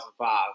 2005